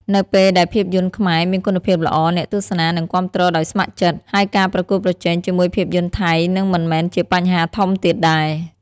នៅពេលដែលភាពយន្តខ្មែរមានគុណភាពល្អ អ្នកទស្សនានឹងគាំទ្រដោយស្ម័គ្រចិត្ត ហើយការប្រកួតប្រជែងជាមួយភាពយន្តថៃនឹងមិនមែនជាបញ្ហាធំទៀតដែរ។